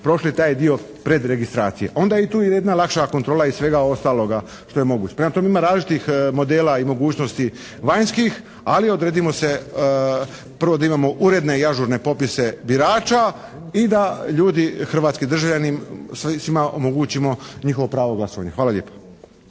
prošli taj dio predregistracije. Onda tu ide jedna lakša kontrola i svega ostaloga što je moguće. Prema tome ima različitih modela i mogućnosti vanjskih ali odredimo se prvo da imamo uredne i ažurne popise birača i da ljudi, hrvatski državljani svima omogućimo njihovo pravo glasovanja. Hvala lijepa.